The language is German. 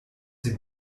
sie